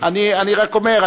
אני רק אומר,